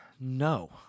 no